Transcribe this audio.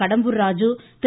Kadambur Raju Thiru